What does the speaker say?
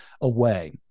away